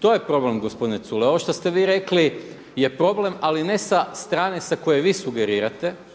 to je problem gospodine Culej. Ovo što ste vi rekli ali ne sa strane sa koje vi sugerirate